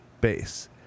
base